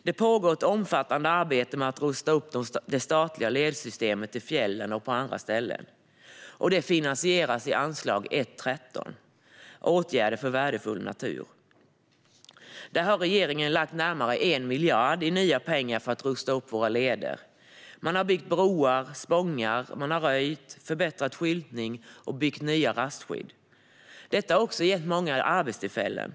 Det pågår ett omfattande arbete att rusta upp det statliga ledsystemet i fjällen och på andra ställen. Det finansieras i anslag 1:3 Åtgärder för värdefull natur. Där har regeringen lagt närmare 1 miljard i nya pengar för att rusta upp våra leder. Man har byggt broar och spångar, man har röjt, förbättrat skyltning och byggt nya rastskydd. Detta har också gett många arbetstillfällen.